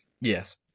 Yes